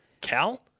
Cal